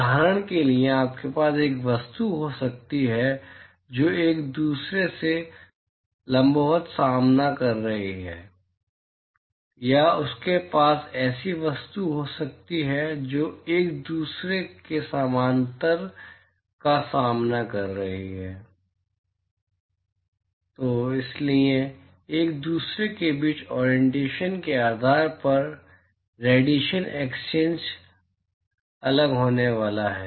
उदाहरण के लिए आपके पास एक वस्तु हो सकती है जो एक दूसरे के लंबवत सामना कर रही है या आपके पास ऐसी वस्तुएं हो सकती हैं जो एक दूसरे के समानांतर का सामना कर रही हैं इसलिए एक दूसरे के बीच ओरिएंटेशन के आधार पर रेडिएशन एक्सचेंज अलग होने वाला है